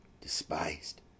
despised